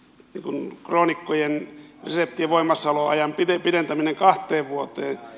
oli kroonikkojen reseptien voimassaoloajan pidentäminen kahteen vuoteen